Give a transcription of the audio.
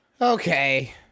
Okay